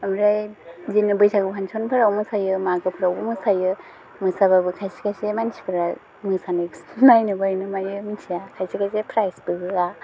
ओमफ्राय जिखुनु बैसागु फांशनफोराव मोसायो मागोफ्रावबो मोसायो मोसाबाबो खायसे खायसे मानसिफ्रा मोसानायखौसो नायनो बायोना मायो मिथिया खायसे खायसे प्राइजबो होआ